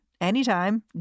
anytime